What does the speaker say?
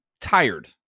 tired